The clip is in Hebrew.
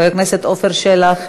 חבר הכנסת עפר שלח,